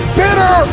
bitter